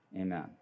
amen